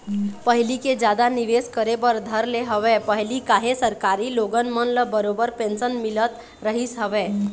पहिली ले जादा निवेश करे बर धर ले हवय पहिली काहे सरकारी लोगन मन ल बरोबर पेंशन मिलत रहिस हवय